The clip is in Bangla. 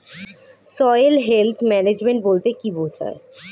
সয়েল হেলথ ম্যানেজমেন্ট বলতে কি বুঝায়?